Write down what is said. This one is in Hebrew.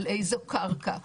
על איזו קרקע.